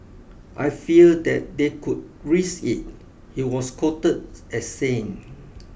I fear that they could risk it he was quoted as saying